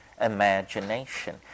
imagination